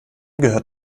gehört